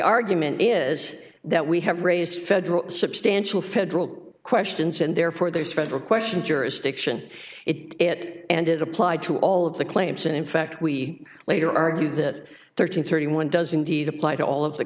argument is that we have raised federal substantial federal questions and therefore there is federal question jurisdiction it and it applied to all of the claims and in fact we later argue that thirteen thirty one does indeed apply to all of the